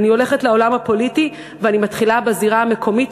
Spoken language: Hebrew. אני הולכת לעולם הפוליטי ואני מתחילה בזירה המקומית,